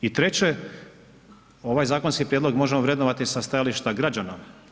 I treće, ovaj zakonski prijedlog možemo vrednovati sa stajališta građana.